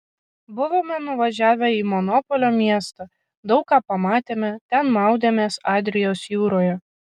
buvome nuvažiavę į monopolio miestą daug ką pamatėme ten maudėmės adrijos jūroje